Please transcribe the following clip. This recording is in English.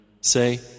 Say